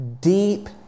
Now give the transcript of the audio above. deep